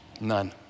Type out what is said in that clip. None